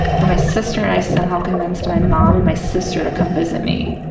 but my sister and i somehow convinced my mom and my sister to come visit me,